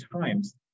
times